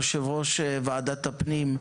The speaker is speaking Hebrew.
יושב-ראש ועדת הפנים,